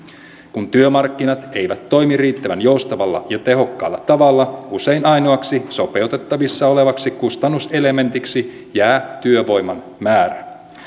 kun työmarkkinat eivät toimi riittävän joustavalla ja tehokkaalla tavalla usein ainoaksi sopeutettavissa olevaksi kustannuselementiksi jää työvoiman määrä